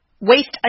Waste